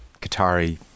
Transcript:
Qatari